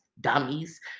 dummies